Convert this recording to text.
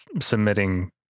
submitting